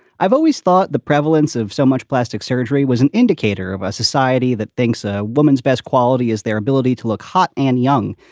i've always thought the prevalence of so much plastic surgery was an indicator of a society that thinks a woman's best quality is their ability to look hot and young.